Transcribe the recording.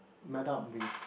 met up with